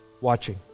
watching